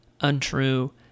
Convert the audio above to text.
untrue